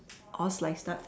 all sliced up